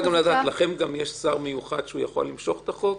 לכם גם יש שר מיוחד שיכול למשוך את החוק